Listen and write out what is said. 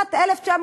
בשנת 1999